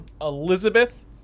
Elizabeth